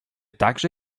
także